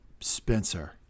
Spencer